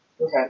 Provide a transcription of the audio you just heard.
Okay